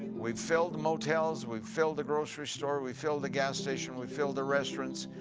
we've filled motels, we've filled the grocery store, we've fill the gas station, we've fill the restaurants,